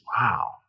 wow